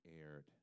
aired